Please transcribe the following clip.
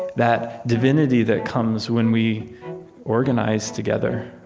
that divinity that comes when we organize together,